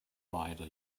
rider